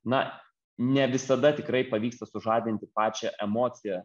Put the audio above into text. na ne visada tikrai pavyksta sužadinti pačią emociją